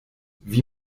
wie